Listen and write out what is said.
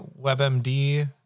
WebMD